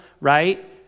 right